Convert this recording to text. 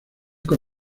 con